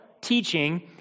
teaching